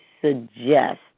suggest